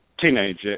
teenager